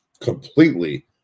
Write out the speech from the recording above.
completely